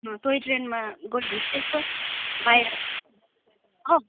टोयट्रेनमा गयो भने त्यस्तो बाहिर औ